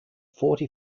forty